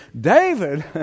David